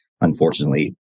unfortunately